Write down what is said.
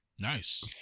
Nice